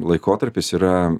laikotarpis yra